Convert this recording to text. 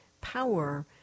power